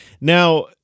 Now